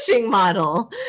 model